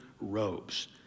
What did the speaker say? robes